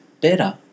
better